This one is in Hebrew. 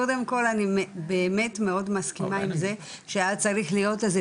קודם כל אני באמת מאוד מסכימה עם זה שהיה צריך להיות איזו